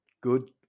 good